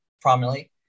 primarily